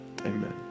Amen